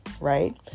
right